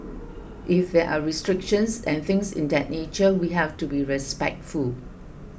if there are restrictions and things in that nature we have to be respectful